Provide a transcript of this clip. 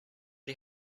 you